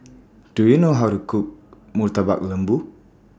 Do YOU know How to Cook Murtabak Lembu